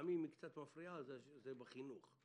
זה בחינוך.